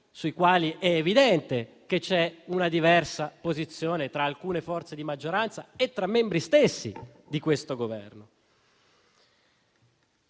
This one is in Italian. sui quali è evidente che c'è una diversa posizione tra alcune forze di maggioranza e tra gli stessi membri del Governo.